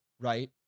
right